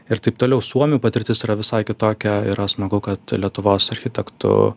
ir taip toliau suomių patirtis yra visai kitokia yra smagu kad lietuvos architektų